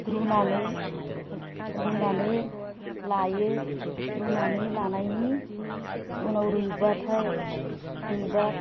रुनानै ला रुनानै लायो रुनानै लानायनि उनाव रुइबाथाय रुइबा